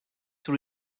were